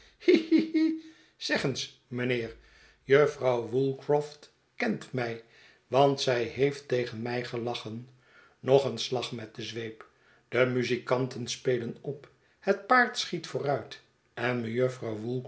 zeg eens mijnheer jufvrouw woolcroft kent mij want zij heeft tegen mij gelachen nog een slag met de zweep de muzikanten spelen op het paard schiet vooruit en